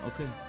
okay